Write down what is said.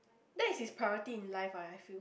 that is his priority in life ah I feel